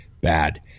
bad